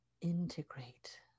Integrate